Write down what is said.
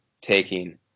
taking